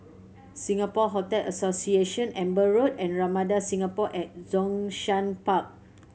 Singapore Hotel Association Amber Road and Ramada Singapore at Zhongshan Park